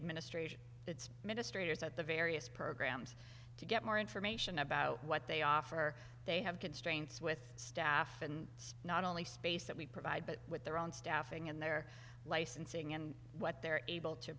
administration its ministers at the various programs to get more information about what they offer they have constraints with staff and it's not only space that we provide but with their own staffing and their licensing and what they're able to